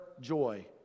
joy